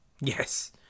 Yes